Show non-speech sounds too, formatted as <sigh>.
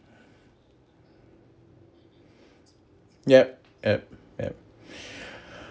yup yup yup <breath>